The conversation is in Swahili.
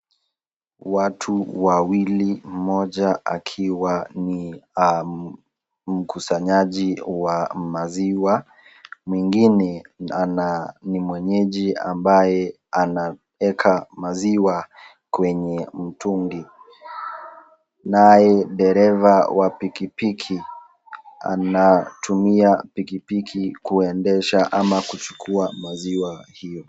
Watu wawili mmoja akiwa ni mkusanyaji wa maziwa, mwingine ni mwenyeji ambaye anaeka maziwa kwenye mtungi. Naye dereva wa pikipiki, anatumia pikipiki kuendesha ama kuchukua maziwa hiyo.